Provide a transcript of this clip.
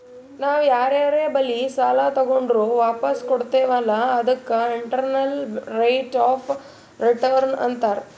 ನಾವ್ ಯಾರರೆ ಬಲ್ಲಿ ಸಾಲಾ ತಗೊಂಡುರ್ ವಾಪಸ್ ಕೊಡ್ತಿವ್ ಅಲ್ಲಾ ಅದಕ್ಕ ಇಂಟರ್ನಲ್ ರೇಟ್ ಆಫ್ ರಿಟರ್ನ್ ಅಂತಾರ್